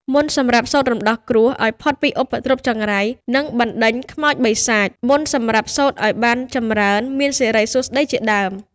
មន្តសម្រាប់សូត្ររំដោះគ្រោះ ឱ្យផុតពីឧបទ្រពចង្រៃ និងបណ្ដេញខ្មោចបិសាច មន្តសម្រាប់សូត្រឱ្យបានចម្រើន មានសិរីសួស្ដី ជាដើម។